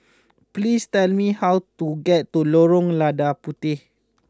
please tell me how to get to Lorong Lada Puteh